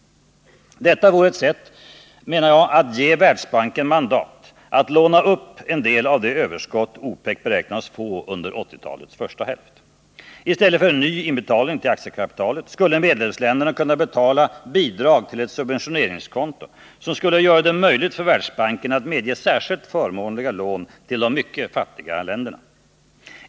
Detta vore ett sätt att ge Världsbanken mandat att låna upp en del av de överskott OPEC beräknas få under 1980-talets första hälft. I stället för en ny inbetalning till aktiekapitalet skulle medlemsländerna kunna betala bidrag till ett subventioneringskonto, som skulle göra det möjligt för Världsbanken att medge särskilt förmånliga lån till de mycket fattiga länderna.